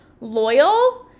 loyal